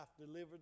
delivered